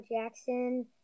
Jackson